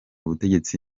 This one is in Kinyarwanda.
ubutegetsi